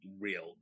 real